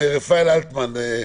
רפאל אלטמן,